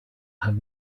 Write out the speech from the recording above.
have